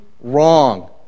Wrong